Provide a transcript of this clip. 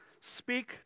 Speak